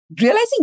realizing